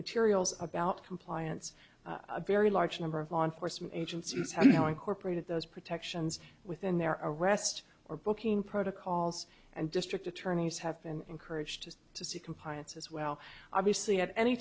materials about compliance a very large number of law enforcement agencies have you know incorporated those protections within their arrest or booking protocols and district attorneys have been encouraged to seek compliance as well obviously at any